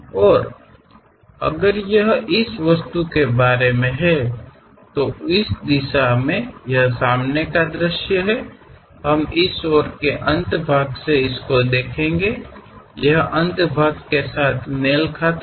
और अगर यह इस वस्तु के बारे में है तो इस दिशा में यह सामने का दृश्य है हम इस और के अंतभाग से इसको देखेंगे यह अंतभाग इसके साथ मेल खाता है